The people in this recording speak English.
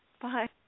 Bye